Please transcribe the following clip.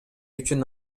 үчүн